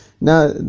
Now